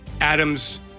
Adams